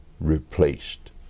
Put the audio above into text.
replaced